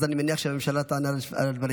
אז אני מניח שהממשלה תענה על הדברים.